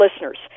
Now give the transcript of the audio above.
listeners